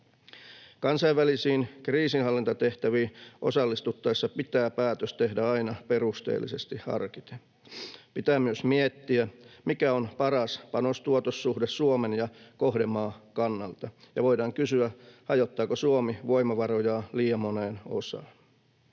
Kansainvälisiin kriisinhallintatehtäviin osallistuttaessa pitää päätös tehdä aina perusteellisesti harkiten. Pitää myös miettiä, mikä on paras panos—tuotos-suhde Suomen ja kohdemaan kannalta. Ja voidaan kysyä, hajottaako Suomi voimavarojaan liian moneen osaan.